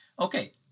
Okay